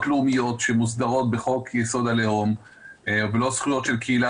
לאומיות שמוסדרות בחוק יסוד: הלאום ולא זכויות של קהילה,